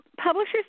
Publishers